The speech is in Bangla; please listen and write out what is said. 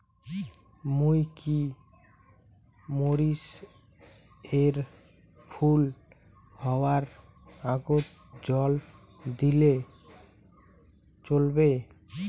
মুই কি মরিচ এর ফুল হাওয়ার আগত জল দিলে চলবে?